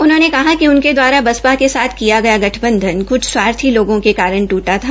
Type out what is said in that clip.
उन्होंने कहा कि उनके द्वारा बसपा के साथ किया गया गठबंधन कुछ स्वार्थी लोगों के कारण टूटा था